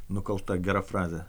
nukalta gera frazė